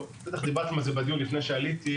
בטח דיברתם על זה בדיון לפני שעליתי,